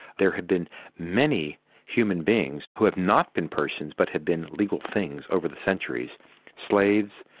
there have been many human beings who have not been persons but have been legal things over the centuries slaves,